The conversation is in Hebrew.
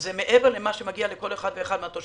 זה מעבר למה שמגיע לכל אחד ואחד מהתושבים,